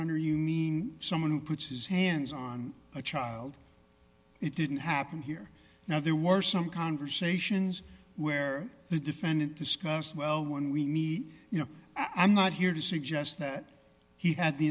honor you mean someone who puts his hands on a child it didn't happen here now there were some conversations where the defendant discussed well when we need you know i'm not here to suggest that he had the